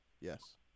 Yes